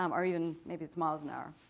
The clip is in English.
um or even maybe it's miles an hour.